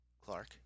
Clark